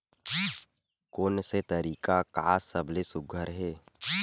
कोन से तरीका का सबले सुघ्घर हे?